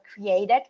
created